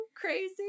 crazy